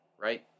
right